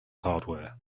hardware